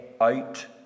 out